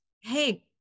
Hey